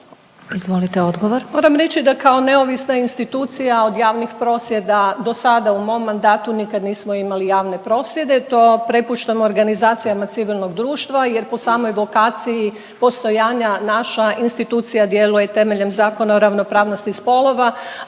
Višnja** Moram reći da kao neovisna institucija od javnih prosvjeda do sada u mom mandatu nikad nismo imali javne prosvjede. To prepuštam organizacijama civilnog društva jer po samoj lokaciji postojanja naša institucija djeluje temeljem Zakona o ravnopravnosti spolova,